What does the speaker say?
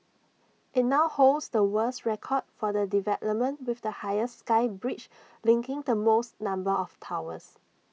IT now holds the world's record for the development with the highest sky bridge linking the most number of towers